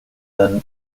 than